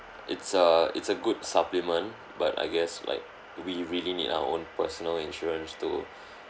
it's a it's a good supplement but I guess like we really need our own personal insurance to